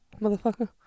motherfucker